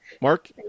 Mark